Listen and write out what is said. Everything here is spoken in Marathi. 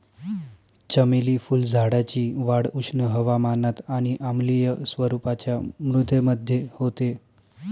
चमेली फुलझाडाची वाढ उष्ण हवामानात आणि आम्लीय स्वरूपाच्या मृदेमध्ये होते